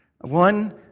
One